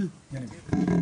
העובדים.